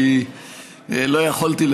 כי לא יכולתי,